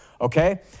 Okay